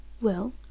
Well